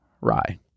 rye